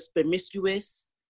promiscuous